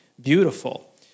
beautiful